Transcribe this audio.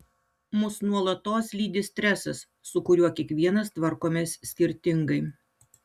mus nuolatos lydi stresas su kuriuo kiekvienas tvarkomės skirtingai